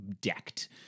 decked